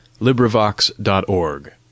LibriVox.org